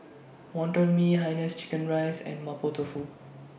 Wonton Mee Hainanese Chicken Rice and Mapo Tofu